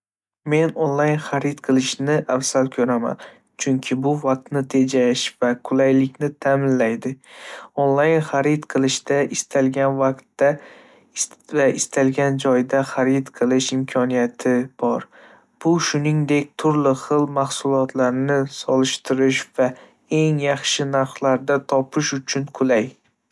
Men onlayn xarid qilishni afzal ko'raman, chunki bu vaqtni tejash va qulaylikni ta'minlaydi. Onlayn xarid qilishda istalgan vaqtda va istalgan joyda xarid qilish imkoniyati bor. Bu shuningdek, turli xil mahsulotlarni solishtirish va eng yaxshi narxlarni topish uchun qulay.